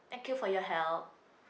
thank you for your help